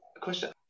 question